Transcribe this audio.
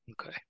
Okay